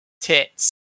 tits